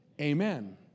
Amen